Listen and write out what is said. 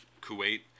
Kuwait